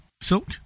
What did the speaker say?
Silk